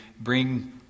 bring